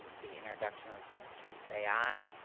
the introduction of the substitute, say aye.